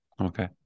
Okay